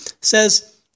says